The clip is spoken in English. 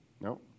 No